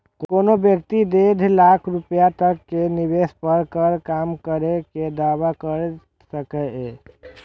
कोनो व्यक्ति डेढ़ लाख रुपैया तक के निवेश पर कर कम करै के दावा कैर सकैए